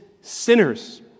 sinners